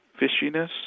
fishiness